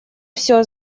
всё